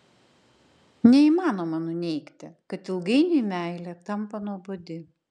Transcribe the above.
neįmanoma nuneigti kad ilgainiui meilė tampa nuobodi